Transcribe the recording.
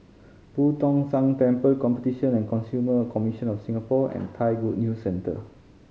Boo Tong San Temple Competition and Consumer Commission of Singapore and Thai Good News Centre